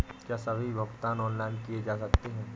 क्या सभी भुगतान ऑनलाइन किए जा सकते हैं?